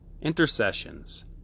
intercessions